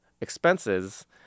expenses